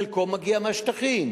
חלקו מגיע מהשטחים,